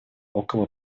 около